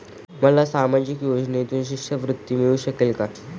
मला सामाजिक योजनेतून शिष्यवृत्ती मिळू शकेल का?